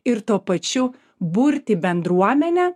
ir tuo pačiu burti bendruomenę